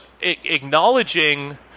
acknowledging